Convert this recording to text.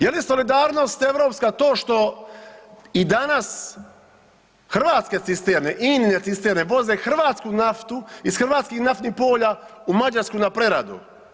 Je li solidarnost europska to što i danas hrvatske cisterne, INA-ine cisterne voze hrvatsku naftu iz hrvatskih naftnih polja u Mađarsku na preradu?